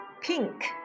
pink